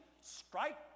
strike